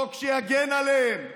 חוק שיגן עליהם.